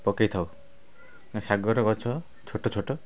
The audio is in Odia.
ପକେଇଥାଉ ନା ଶାଗର ଗଛ ଛୋଟଛୋଟ